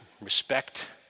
respect